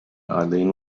eileen